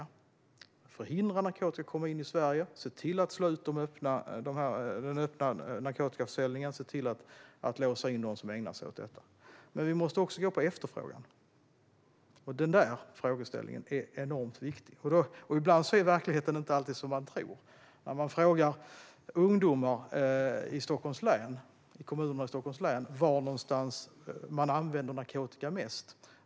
Vi ska förhindra narkotika att komma in i Sverige, slå ut den öppna narkotikaförsäljningen och låsa in dem som ägnar sig åt detta. Men vi måste också gå på efterfrågan. Det är enormt viktigt. Ibland är verkligheten inte som man tror. När man frågar ungdomar i kommunerna i Stockholms län om narkotikaanvändning får man veta var det är vanligast.